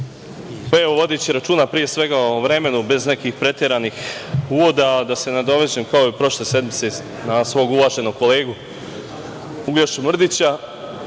vodeći računa pre svega o vremenu, bez nekih preteranih uvoda, da se nadovežem, kao i prošle sednice, na svog uvaženog kolegu Uglješu Mrdića. Želim